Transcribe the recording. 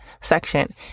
section